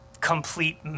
complete